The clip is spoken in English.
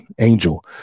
angel